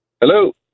Hello